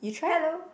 hello